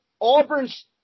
Auburn's